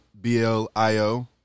B-L-I-O